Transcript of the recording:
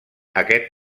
aquest